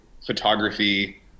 photography